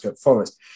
forest